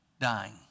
dying